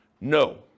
No